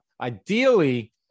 ideally